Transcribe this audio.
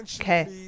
Okay